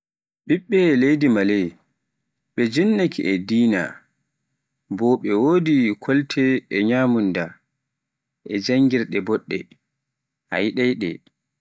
ɓiɓɓe leydi Maley ɓe jinnaki e dina, bo ɓe wodi kolte e nyamunda e janngirde boɗɗe a yiɗai ɗe.